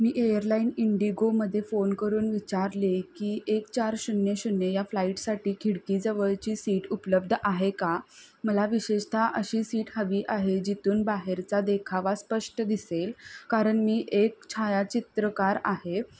मी airline इंडिगोमध्ये phone करून विचारले की एक चार शून्य शून्य या फ्लाईटसाठी खिडकीजवळची सीट उपलब्ध आहे का मला विशेषत अशी सीट हवी आहे जिथून बाहेरचा देखावा स्पष्ट दिसेल कारण मी एक छायाचित्रकार आहे